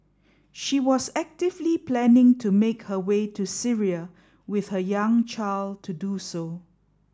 she was actively planning to make her way to Syria with her young child to do so